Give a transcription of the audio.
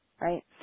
right